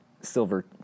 silver